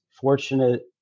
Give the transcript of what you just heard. fortunate